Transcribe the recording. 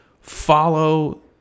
follow